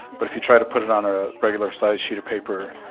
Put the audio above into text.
but if you try to put it on a regular sized sheet of paper,